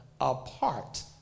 apart